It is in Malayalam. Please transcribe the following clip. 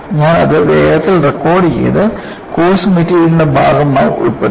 ഞാൻ അത് വേഗത്തിൽ റെക്കോർഡുചെയ്ത് കോഴ്സ് മെറ്റീരിയലിന്റെ ഭാഗമായി ഉൾപ്പെടുത്തി